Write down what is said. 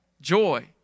joy